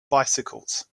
bicycles